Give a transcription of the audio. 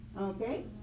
okay